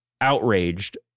outraged